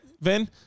Vin